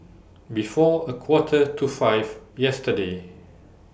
before A Quarter to five yesterday